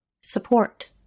support